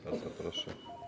Bardzo proszę.